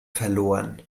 verloren